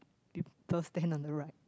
people stand on the right